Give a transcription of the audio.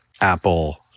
Apple